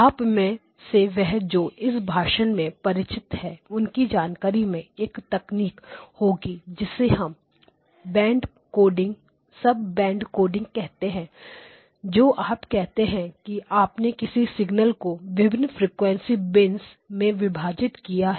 आप में से वह जो इस भाषण से परिचित है उनकी जानकारी में एक तकनीक होगी जिसे सब बैंड कोडिंग कहते हैं जो आप कहते हैं कि आपने किसी सिग्नल को विभिन्न फ्रिकवेंसी बिन्स में विभाजित किया है